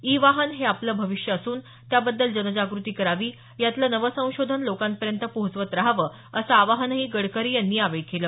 E वाहन हे आपलं भविष्य असून त्याबद्दल जनजागृती करावी यातलं नवं संशोधन लोकापर्यंत पोहचवत रहावं असं आवाहनही गडकरी यांनी यावेळी केलं